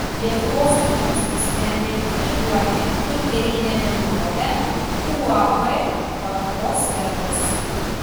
lietuvos dujos nusprendė likviduoti dukterinę bendrovę uab palangos perlas